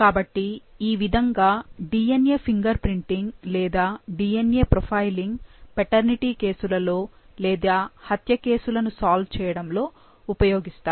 కాబట్టి ఈ విధంగా DNA ఫింగర్ ప్రింటింగ్ లేదా DNA ప్రొఫైలింగ్ పెటర్నటీ కేసులలో లేదా హత్య కేసులను సాల్వ్ చేయడంలో ఉపయోగిస్తారు